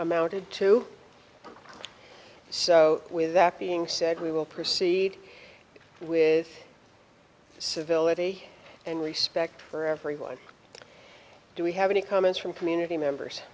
amounted to so with that being said we will proceed with civility and respect for everyone do we have any comments from community members